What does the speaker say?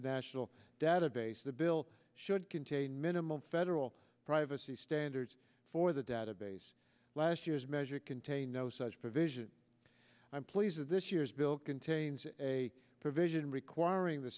a national database the bill should contain minimum federal privacy standards for the database last year's measure contain no such provision i'm these are this year's bill contains a provision requiring the